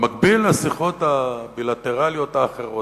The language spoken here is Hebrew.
במקביל לשיחות הבילטרליות האחרות,